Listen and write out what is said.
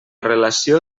relació